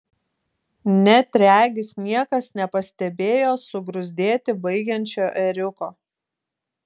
net regis niekas nepastebėjo sugruzdėti baigiančio ėriuko